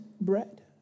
bread